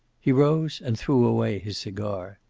he rose and threw away his cigar.